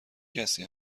کسی